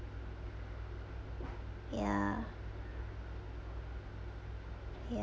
ya y~